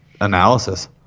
analysis